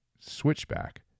switchback